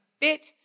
bit